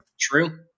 True